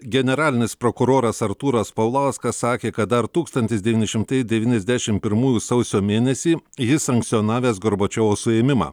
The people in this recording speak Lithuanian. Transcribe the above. generalinis prokuroras artūras paulauskas sakė kad dar tūkstantis devyni šimtai devyniasdešimt pirmųjų sausio mėnesį jis sankcionavęs gorbačiovo suėmimą